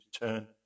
turn